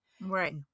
Right